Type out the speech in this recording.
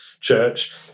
church